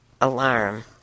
alarm